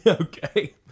Okay